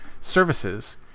services